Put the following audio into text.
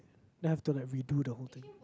then I have to like redo the whole thing